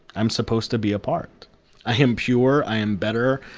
i'm supposed to be a part. i am pure, i am better,